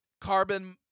Carbon